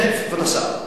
תיכף, כבוד השר.